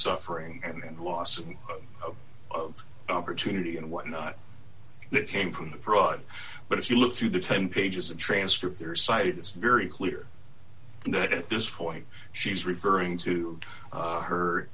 suffering and loss of opportunity and whatnot that came from the fraud but if you look through the ten pages of transcript there cited it's very clear that at this point she's referring to